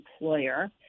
employer